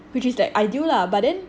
which is like ideal lah but then